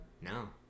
no